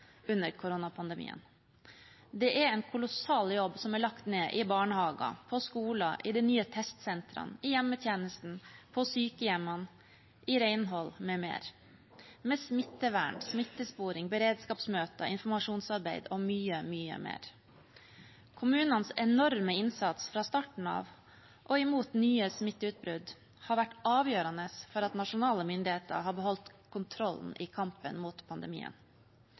under koronapandemien. Det er en kolossal jobb som er lagt ned i barnehager, på skoler, i de nye testsentrene, i hjemmetjenesten, på sykehjemmene, i renhold m.m., med smittevern, smittesporing, beredskapsmøter, informasjonsarbeid og mye, mye mer. Kommunenes enorme innsats fra starten av mot nye smitteutbrudd har vært avgjørende for at nasjonale myndigheter har beholdt kontrollen i kampen mot pandemien.